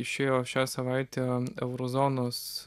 išėjo šią savaitę euro zonos